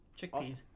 Chickpeas